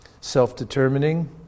self-determining